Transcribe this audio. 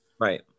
right